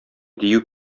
дию